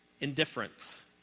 Indifference